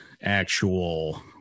actual